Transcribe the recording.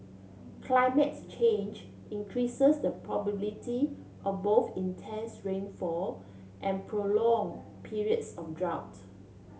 climate change increases the probability of both intense rainfall and prolong periods of drought